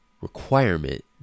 requirement